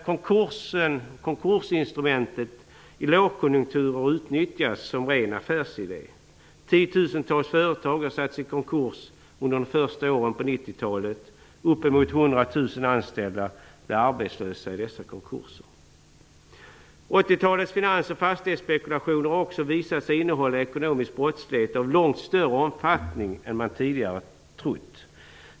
Samtidigt har konkursinstrumentet utnyttjats i lågkonjunkturer som en ren affärsidé. Tiotusentals företag har satts i konkurs under de första åren på 1990-talet. Uppemot 100 000 anställda blev arbetslösa i dessa konkurser. 1980-talets finans och fastighetsspekulationer har också visat sig innehålla ekonomisk brottslighet av långt större omfattning än man tidigare trott.